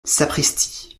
sapristi